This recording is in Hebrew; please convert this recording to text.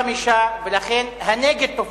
ולכן הנגד תופס.